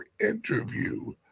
interview